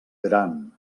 gran